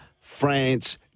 France